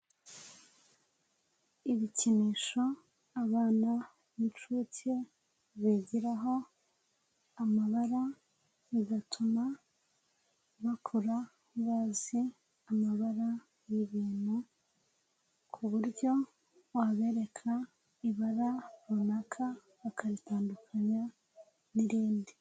Ibikinisho abana b'inshuke bigiraho amabara bigatuma bakura bazi amabara y'ibintu ku buryo wabereka ibara runaka bakaritandukanya n'irindi.